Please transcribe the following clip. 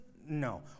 No